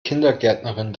kindergärtnerin